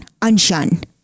unshun